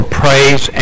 praise